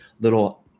little